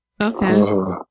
Okay